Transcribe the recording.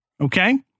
Okay